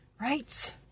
Right